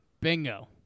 Bingo